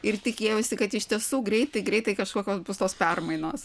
ir tikėjosi kad iš tiesų greitai greitai kažkokios bus tos permainos